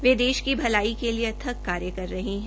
वे देश की भलाई के लिए अथक कार्य कर रहे है